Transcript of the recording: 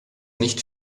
nicht